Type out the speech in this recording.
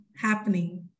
happening